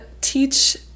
teach